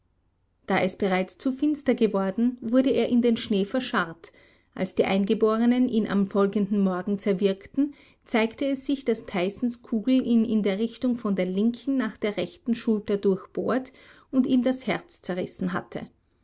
da es bereits zu finster geworden wurde er in den schnee verscharrt als die eingeborenen ihn am folgenden morgen zerwirkten zeigte es sich daß tysons kugel ihn in der richtung von der linken nach der rechten schulter durchbohrt und ihm das herz zerrissen hatte